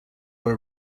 were